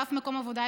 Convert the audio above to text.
באף מקום עבודה,